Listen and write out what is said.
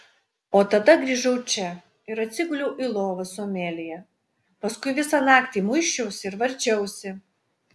o tada grįžau čia ir atsiguliau į lovą su amelija paskui visą naktį muisčiausi ir varčiausi